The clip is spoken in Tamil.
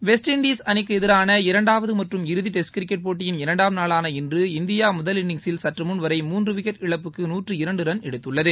வெஸ்ட் இண்டீஸ் அணிக்கு எதிரான இரண்டாவது மற்றும் இறுதி டெஸ்ட் கிரிக்கெட் போட்டியின் இரண்டாம் நாளான இன்று இந்தியா முதல் இன்னிங்ஸில் சற்று முன் வரை விக்கெட் இழப்புக்கு ரன் எடுத்துள்ளது